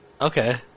Okay